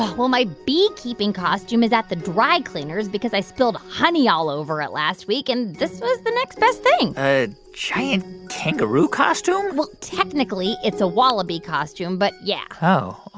ah well, my beekeeping costume is at the dry cleaners because i spilled honey all over it last week, and this was the next best thing a giant kangaroo costume? well, technically, it's a wallaby costume, but yeah oh, oh,